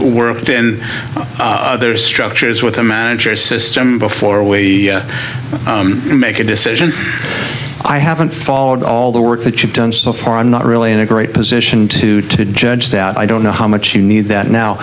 worked in other structures with a manager system before we can make a decision i haven't followed all the work that you've done so far i'm not really in a great position to judge that i don't know how much you need that now